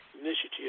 initiative